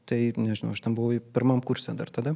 tai nežinau aš ten buvau pirmam kurse dar tada